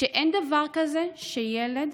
אין דבר כזה שילד